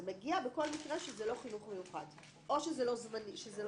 זה מגיע בכל מקרה שזה לא חינוך מיוחד או שזה לא זמני.